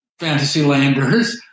Fantasylanders